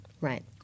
Right